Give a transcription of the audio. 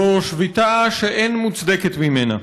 זו שביתה שאין מוצדקת ממנה.